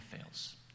fails